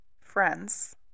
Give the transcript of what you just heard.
friends